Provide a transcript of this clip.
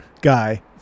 guy